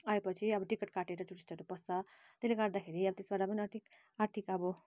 आयो पछि अब टिकट काटेर टुरिस्टहरू पस्छ त्यसले गर्दाखेरि अब त्यसबाट पनि आर्थिक आर्थिक अब